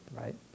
right